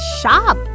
shop